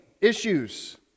Issues